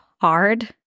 hard